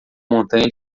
montanha